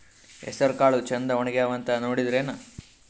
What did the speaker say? ಹೆಸರಕಾಳು ಛಂದ ಒಣಗ್ಯಾವಂತ ನೋಡಿದ್ರೆನ?